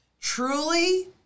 truly